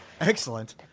Excellent